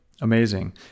Amazing